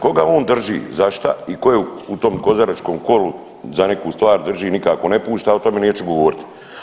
Koga on drži za šta i tko je u tom kozaračkom kolu za neku stvar drži i nikako ne pušta, o tome neću govoriti.